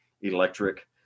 electric